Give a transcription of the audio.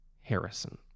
Harrison